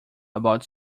about